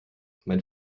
mein